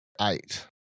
eight